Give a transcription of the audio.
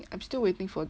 I'm still waiting for